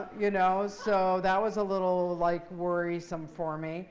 you know, so that was a little like worrisome for me